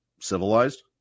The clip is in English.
civilized